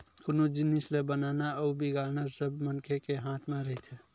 कोनो जिनिस ल बनाना अउ बिगाड़ना सब मनखे के हाथ म रहिथे